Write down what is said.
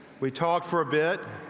we talked for a bit